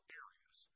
areas